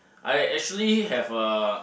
I actually have a